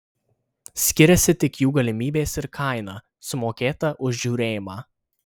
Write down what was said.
skiriasi tik jų galimybės ir kaina sumokėta už žiūrėjimą